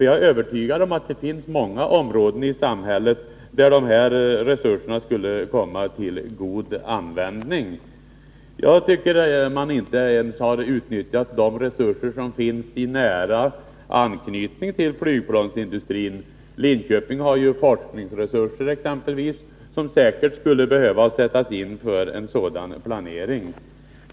Jag är övertygad om att det finns många områden i samhället där de här resurserna skulle komma till god användning, men jag anser att man inte ens har utnyttjat de resurser som finns i nära anslutning till flygplansindustrin. Linköping har exempelvis forskningsresurser, som säkert skulle behöva sättas in i en sådan planering.